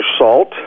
salt